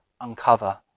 uncover